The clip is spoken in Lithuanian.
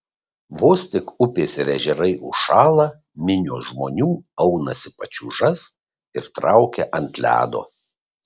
vos tik upės ir ežerai užšąla minios žmonių aunasi pačiūžas ir traukia ant ledo